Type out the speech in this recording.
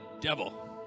devil